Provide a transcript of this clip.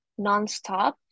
nonstop